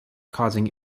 causing